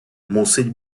мусить